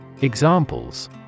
Examples